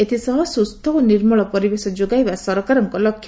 ଏଥିସହ ସୁସ୍ଥ ଓ ନିର୍ମଳ ପରିବେଶ ଯୋଗାଇବା ସରକାରଙ୍କ ଲକ୍ଷ୍ୟ